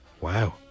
Wow